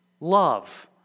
Love